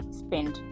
spend